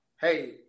Hey